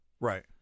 Right